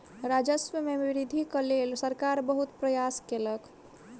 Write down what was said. राजस्व मे वृद्धिक लेल सरकार बहुत प्रयास केलक